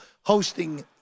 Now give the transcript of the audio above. hosting